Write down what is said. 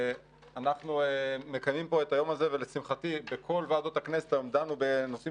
אנחנו מקיימים את היום הזה ולשמחתי בכל ועדות הכנסת דנו היום בנושאים